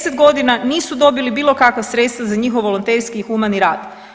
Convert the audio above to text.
Deset godina nisu dobili bilo kakva sredstva za njihov volonterski i humani rad.